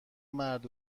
مرد